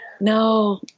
no